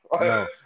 No